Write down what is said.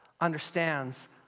understands